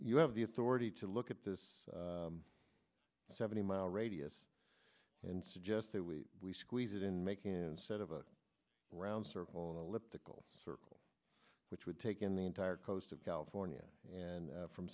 you have the authority to look at this seventy mile radius and suggest that we squeeze it in making instead of a round circle on the lip tickle circle which would take in the entire coast of california and from